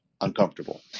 uncomfortable